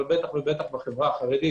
אבל בטח ובטח בחברה החרדית